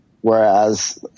Whereas